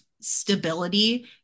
stability